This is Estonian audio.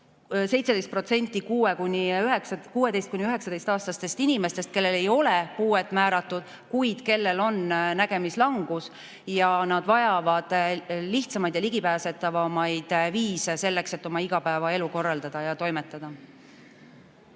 17% 16–19‑aastastest inimestest, kellel ei ole puuet määratud, kuid kellel on nägemislangus ja kes vajavad lihtsamaid ja ligipääsetavamaid viise selleks, et oma igapäevaelu korraldada ja toimetada.